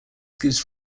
gives